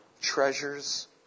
treasures